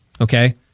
okay